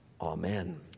Amen